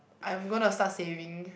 I'm gonna start saving